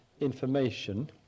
information